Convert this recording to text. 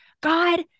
God